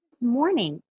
Morning